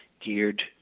geared